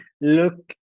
look